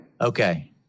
Okay